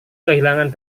kehilangan